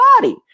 body